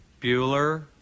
Bueller